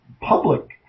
public